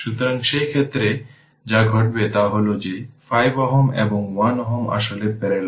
সুতরাং সেই ক্ষেত্রে যা ঘটবে তা দেখবে যে 5 Ω এবং 1 Ω আসলে প্যারালেল